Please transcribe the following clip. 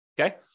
okay